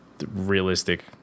realistic